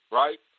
right